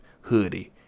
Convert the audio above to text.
hoodie